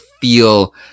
feel